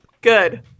Good